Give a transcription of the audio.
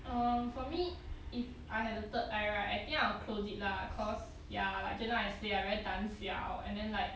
um for me if I had the third eye right I think I will close it lah cause ya like just now I say I very 胆小 and then like